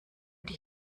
die